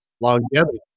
longevity